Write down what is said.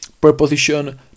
preposition